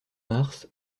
mars